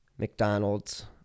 mcdonald's